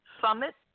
Summit